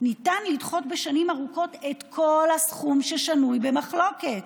ניתן לדחות בשנים ארוכות את כל הסכום ששנוי במחלוקת.